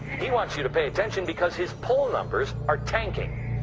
he wants you to pay attention because his poll numbers are tanking.